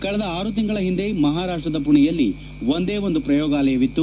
ಕಳೆದ ಆರು ತಿಂಗಳ ಹಿಂದೆ ಮಹಾರಾಷ್ಲದ ಪುಣೆಯಲ್ಲಿ ಒಂದೇ ಒಂದು ಪ್ರಯೋಗಾಲಯವಿತ್ತು